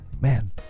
Man